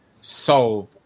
solve